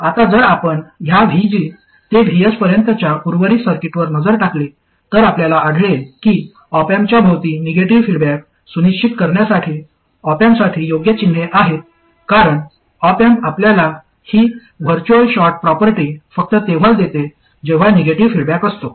आता जर आपण या VG ते Vs पर्यंतच्या उर्वरित सर्किटवर नजर टाकली तर आपल्याला आढळेल की ऑप अँपच्या भोवती निगेटिव्ह फीडबॅक सुनिश्चित करण्यासाठी ऑप अँपसाठी योग्य चिन्हे आहेत कारण ऑप अँप आपल्याला ही व्हर्च्युअल शॉर्ट प्रॉपर्टी फक्त तेव्हाच देते जेव्हा निगेटिव्ह फीडबॅक असतो